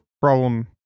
problem